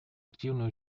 активное